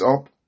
up